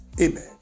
Amen